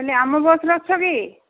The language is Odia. କହିଲି ଆମ ବସ୍ରେ ଅଛ କି